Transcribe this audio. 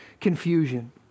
confusion